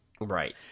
Right